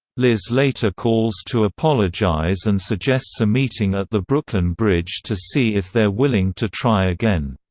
liz later calls to apologize and suggests a meeting at the brooklyn bridge to see if they're willing to try again.